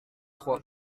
trois